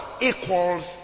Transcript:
equals